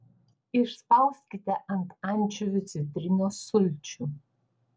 išspauskite ant ančiuvių citrinos sulčių